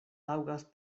taŭgas